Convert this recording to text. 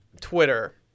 Twitter